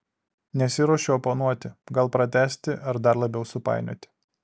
nesiruošiu oponuoti gal pratęsti ar dar labiau supainioti